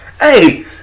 Hey